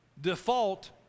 default